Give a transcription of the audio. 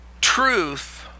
truth